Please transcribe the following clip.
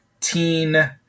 teen